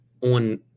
on